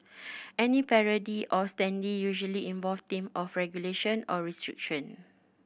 any parody of standee usually involve theme of regulation or restriction